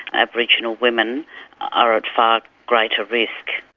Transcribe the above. aboriginal women are at far greater risk.